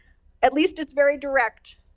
at least it's very direct.